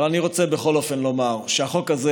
אבל אני רוצה בכל אופן לומר שהחוק הזה